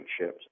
ships